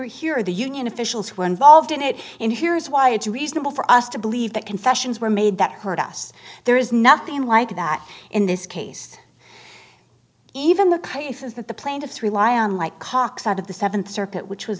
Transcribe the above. here the union officials who are involved in it and here's why it's reasonable for us to believe that confessions were made that hurt us there is nothing like that in this case even the cases that the plaintiffs rely on like cox out of the th circuit which was